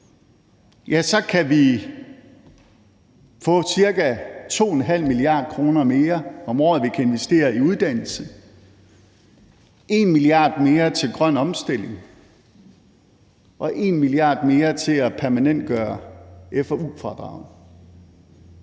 så kan vi få cirka to en halv milliarder kroner mere om året, som vi kan investere i uddannelse, en milliard mere til grøn omstilling og en milliard mere til at permanentgøre F&U-fradraget.